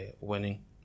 winning